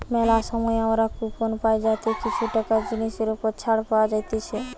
মেলা সময় আমরা কুপন পাই যাতে কিছু টাকা জিনিসের ওপর ছাড় পাওয়া যাতিছে